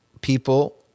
people